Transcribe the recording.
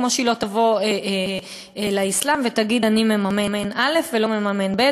כמו שהיא תבוא לאסלאם ותגיד: אני מממן א' ולא מממן ב',